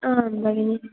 आम् भगिनि